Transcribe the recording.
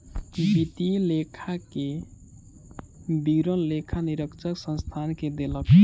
वित्तीय लेखा के विवरण लेखा परीक्षक संस्थान के देलक